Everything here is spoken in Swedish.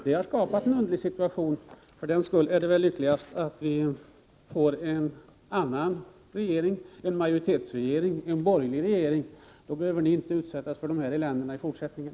Det har skapat en underlig situation, och för den skull är det väl lyckligast att vi får en annan regering — en majoritetsregering, en borgerlig regering. Då behöver ni inte utsättas för detta elände i fortsättningen.